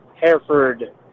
Hereford